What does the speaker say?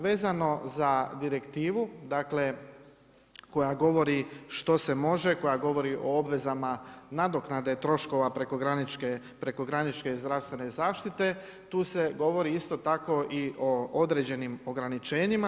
Vezano za direktivnu, koja govori što se može koja govori o obvezama nadoknade troškova prekogranične zdravstvene zaštite, tu se govori isto tako i o određenim ograničenjima.